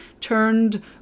turned